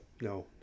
No